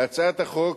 להצעת החוק,